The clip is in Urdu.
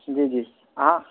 جی جی ہاں